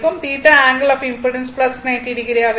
θ angle of impedance 90o ஆக இருக்கும்